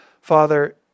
Father